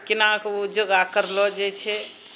केना कऽ ओ योगा करलो जाइ छै